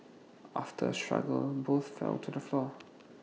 after A struggle both fell to the floor